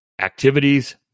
activities